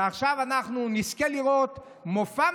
ועכשיו אנחנו נזכה לראות מופע.